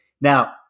Now